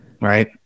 right